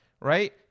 right